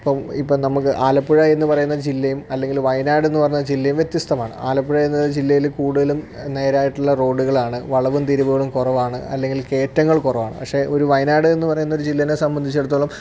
ഇപ്പം നമ്മൾക്ക് ആലപ്പുഴ എന്നു പറയുന്ന ജില്ലയും അല്ലെങ്കിൽ വയനാട് എന്നുപറയുന്ന ജില്ലയും വ്യത്യസ്തമാണ് ആലപ്പുഴ എന്ന ജില്ലയിൽ കൂടുതലും നേരായിട്ടുള്ള റോഡുകളാണ് വളവും തിരിവുകളും കുറവാണ് അല്ലെങ്കിൽ കയറ്റങ്ങൾ കുറവാണ് പക്ഷെ ഒരു വയനാട് എന്നുപറയുന്ന ജില്ലയെ സംബന്ധിച്ചിടത്തോളം